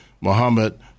Muhammad